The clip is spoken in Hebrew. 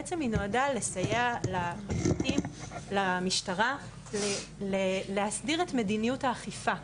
בעצם היא נועדה לסייע למשטרה להסדיר את מדיניות האכיפה.